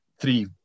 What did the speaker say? Three